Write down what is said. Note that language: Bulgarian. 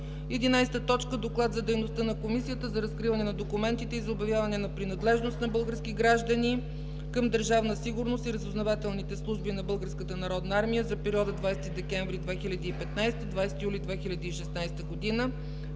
11. Доклад за дейността на Комисията за разкриване на документите и за обявяване на принадлежност на български граждани към Държавна сигурност и разузнавателните служби на Българската народна армия за периода 20 декември 2015 г. – 20 юли 2016 г.